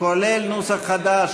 כולל נוסח חדש,